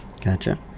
Gotcha